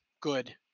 good